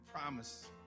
promise